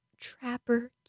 Trapper